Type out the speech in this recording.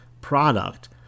product